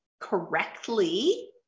correctly